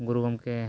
ᱜᱩᱨᱩ ᱜᱚᱝᱠᱮ